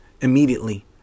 Immediately